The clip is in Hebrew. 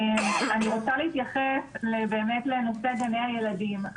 אני רוצה להתייחס באמת לנושא גני הילדים.